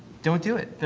don't do it.